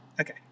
Okay